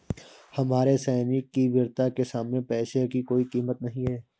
हमारे सैनिक की वीरता के सामने पैसे की कोई कीमत नही है